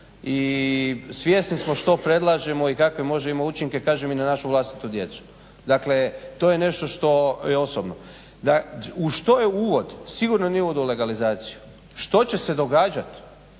i svjesni smo što predlažemo i kakve može imati učinke kažem i na našu vlastitu djecu. Dakle to je nešto što je osobno. U što je uvod? Sigurno nije uvod u legalizaciju. Što će se događati